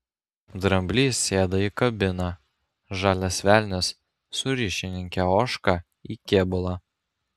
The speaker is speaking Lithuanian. dramblys sėda į kabiną žalias velnias su ryšininke ožka į kėbulą